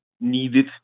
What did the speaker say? needed